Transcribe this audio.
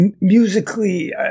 musically